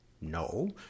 No